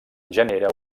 genera